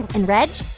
and reg?